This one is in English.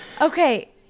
okay